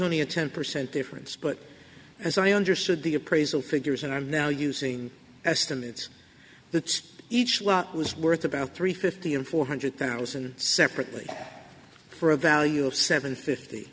only a ten percent difference but as i understood the appraisal figures and i'm now using estimates that each lot was worth about three fifty and four hundred thousand separately for a value of seven fifty